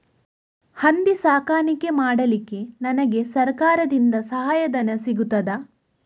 ಹಂದಿ ಸಾಕಾಣಿಕೆ ಮಾಡಲಿಕ್ಕೆ ನನಗೆ ಸರಕಾರದಿಂದ ಸಹಾಯಧನ ಸಿಗುತ್ತದಾ?